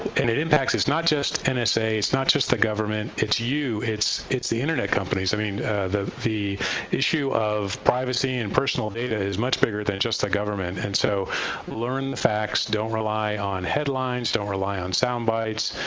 and it impacts, it's not just and nsa, it's not just the government, it's you, it's it's the internet companies. i mean the the issue of privacy and personal data is much bigger than just the government, and so learn the facts. don't rely on headlines, don't rely on sound bites,